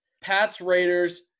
Pats-Raiders